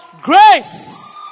Grace